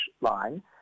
line